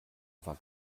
war